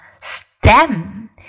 stem